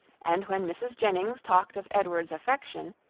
and when mrs. jennings talked of edward's affection,